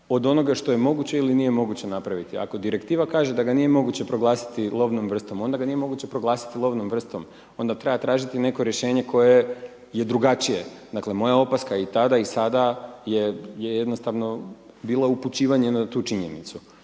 od onoga što je moguće ili nije moguće napraviti. Ako direktiva kaže da ga nije moguće proglasiti lovnom vrstom, onda ga nije moguće proglasiti lovnom vrstom. Onda treba tražiti neko rješenje koje je drugačije. Dakle, moja opaska i tada i sada je jednostavno bila upućivanje na tu činjenicu.